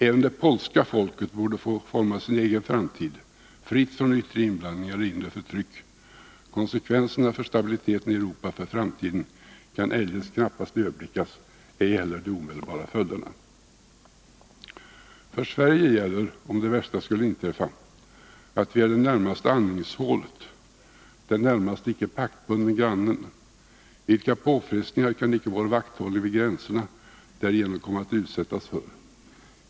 Även det polska folket borde få forma sin egen framtid, fritt från yttre inblandning eller inre förtryck. Konsekvenserna för stabiliteten i Europa för framtiden kan eljest knappast överblickas, ej heller de omedelbara följderna. För Sverige gäller, om det värsta skulle inträffa, att vi är det närmaste andningshålet, den närmaste icke paktbundne grannen. Vilka påfrestningar kan inte vår vakthållning vid gränserna därigenom komma att utsättas för?